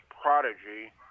Prodigy